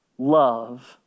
Love